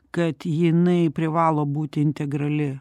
kad jinai privalo būti integrali